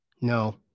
No